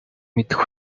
мэдэх